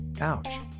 Ouch